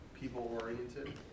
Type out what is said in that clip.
people-oriented